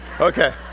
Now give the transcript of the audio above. Okay